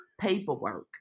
paperwork